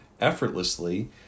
effortlessly